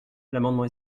l’amendement